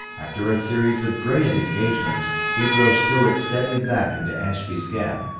after a series of brilliant engagements he drove start steadily back into ashby's gap,